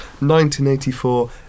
1984